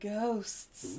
Ghosts